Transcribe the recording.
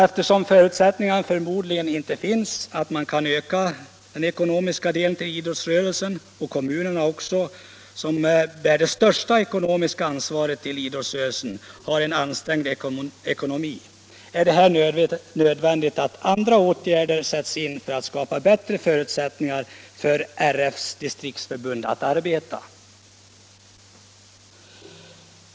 Eftersom förutsättningar förmodligen inte finns för att landstingen nu skall kunna öka sitt ekonomiska stöd till idrottsrörelsen och eftersom också kommunerna, som bär det största ekonomiska ansvaret när det gäller idrottsrörelsen, har en ansträngd ekonomi, är det nödvändigt att andra åtgärder sätts in för att skapa bättre möjligheter för RF:s distriktsförbund att arbeta.